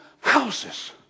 houses